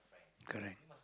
correct